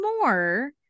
more